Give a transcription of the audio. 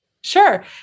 Sure